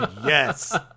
yes